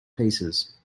pieces